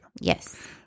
Yes